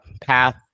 path